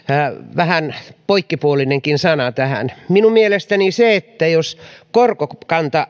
vähän poikkipuolinenkin sana tähän minun mielestäni se jos korkokanta